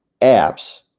apps